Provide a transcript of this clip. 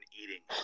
eating